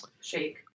Shake